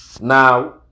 Now